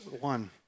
one